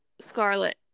Scarlet